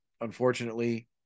unfortunately